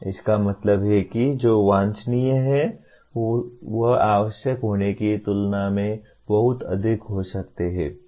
इसका मतलब है कि जो वांछनीय है वह आवश्यक होने की तुलना में बहुत अधिक हो सकता है